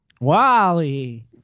Wally